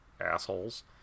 assholes